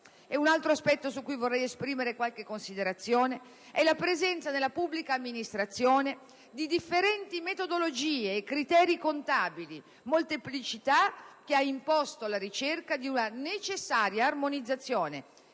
Un altro aspetto su cui vorrei esprimere qualche considerazione è la presenza nella pubblica amministrazione di differenti metodologie e criteri contabili, molteplicità che ha imposto la ricerca di una necessaria armonizzazione,